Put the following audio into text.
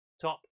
top